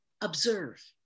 observe